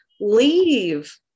leave